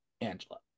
Angela